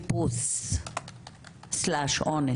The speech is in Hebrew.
חיפוש / אונס,